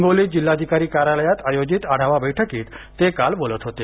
हिंगोली जिल्हाधिकारी कार्यालयात आयोजित आढावा बैठकीत ते काल बोलत होते